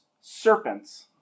serpents